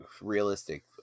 realistic